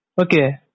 Okay